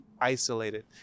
isolated